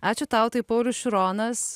ačiū tau tai paulius šironas